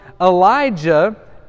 Elijah